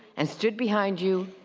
and stood behind you,